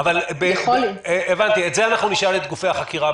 את זה אנחנו נשאל את גופי החקירה,